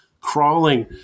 crawling